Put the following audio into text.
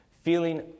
feeling